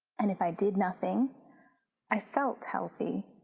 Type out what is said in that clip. and if i did nothing i felt healthy,